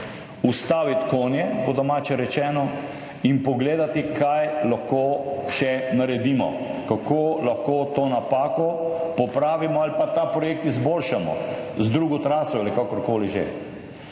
ustaviti konje, po domače rečeno, in pogledati, kaj lahko še naredimo, kako lahko to napako popravimo ali pa ta projekt izboljšamo z drugo traso ali kakorkoli že.